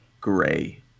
gray